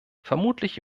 vermutlich